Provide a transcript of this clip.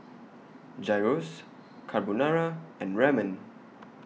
Gyros Carbonara and Ramen